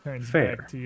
Fair